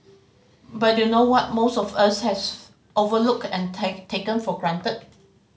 but you know what most of us has overlooked and take taken for granted